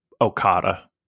Okada